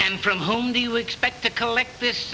and from whom do you expect to collect this